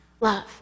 love